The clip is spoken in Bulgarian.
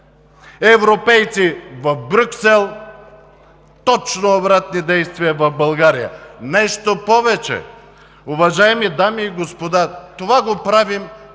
Европейци в Брюксел – точно обратни действия в България! Нещо повече, уважаеми дами и господа, това го правим